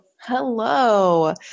Hello